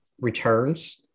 Returns